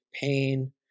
pain